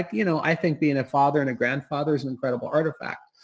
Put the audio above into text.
like you know i think being a father and a grandfather is an incredible artifact